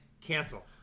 cancel